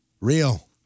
Real